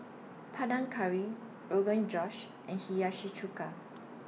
Panang Curry Rogan Josh and Hiyashi Chuka